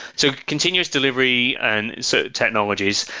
so continuous delivery and so technologies,